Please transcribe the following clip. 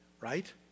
right